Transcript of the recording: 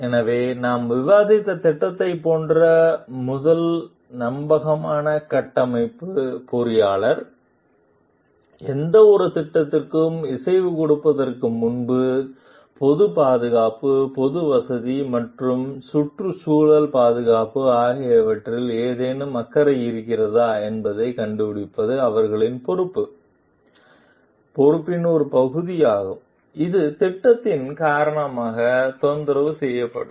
எனவே நாம் விவாதித்த திட்டத்தைப் போன்ற முதல் நம்பகமான கட்டமைப்பு பொறியாளர் எந்தவொரு திட்டத்திற்கும் இசைவு கொடுப்பதற்கு முன்பு பொது பாதுகாப்பு பொது வசதி மற்றும் சுற்றுச்சூழல் பாதுகாப்பு ஆகியவற்றில் ஏதேனும் அக்கறை இருக்கிறதா என்பதைக் கண்டுபிடிப்பது அவர்களின் பொறுப்பின் ஒரு பகுதியாகும் இது திட்டத்தின் காரணமாக தொந்தரவு செய்யப்படும்